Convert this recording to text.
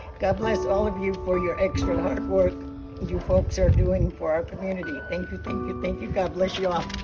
god bless all of you for your extra hard work you folks are doing for our community. thank you, thank you, thank you. god bless you all.